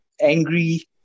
angry